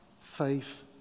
faith